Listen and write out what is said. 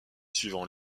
suivant